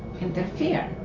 interfere